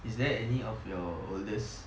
is there any of your oldest